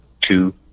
two